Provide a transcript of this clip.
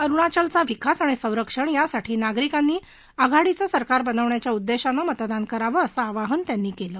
अरुणाचलाचा विकास आणि संरक्षण यासाठी नागरिकांनी आघाडीचं सरकार बनवण्याच्या उद्देशाने मतदान करावं असं आवाहन त्यांनी केलं